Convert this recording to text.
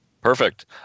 Perfect